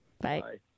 Bye